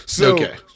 Okay